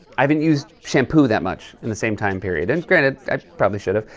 i haven't used shampoo that much in the same time period. and, granted, i probably should have.